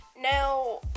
now